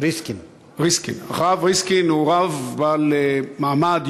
הרב ריסקין הוא רב בעל מעמד,